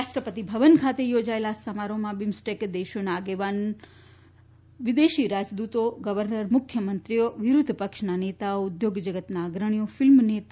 રાષ્ટ્રપતિ ભવન ખાતે ચોજાયેલા આ સમારોફમાં બિમ્સ્ટેક દેશોના આગેવાનો વિદેશી રાજદ્દત ગર્વનર મુખ્યમંત્રીઓ વિરોધ પક્ષ નેતાઓ ઉદ્યોગ જગતના અગ્રણીઓ ફિલ્મ અભિનેતા